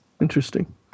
Interesting